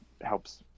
helps